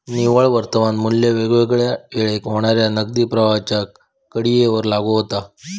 निव्वळ वर्तमान मू्ल्य वेगवेगळ्या वेळेक होणाऱ्या नगदी प्रवाहांच्या कडीयेवर लागू होता